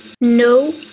No